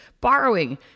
borrowing